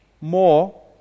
More